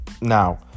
Now